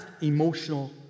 emotional